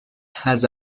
has